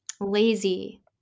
lazy